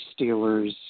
Steelers